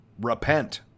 repent